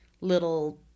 little